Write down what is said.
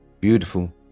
beautiful